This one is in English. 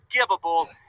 unforgivable